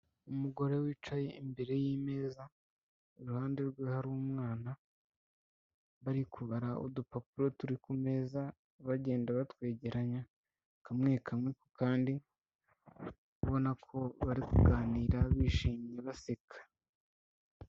Umugore wicaye imbere y'imeza, iruhande rwe hari umwana, bari kubara udupapuro turi ku meza bagenda batwegeranya, kamwe kamwe ku kandi ubona ko bari kuganira bishimye baseka.